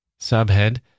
Subhead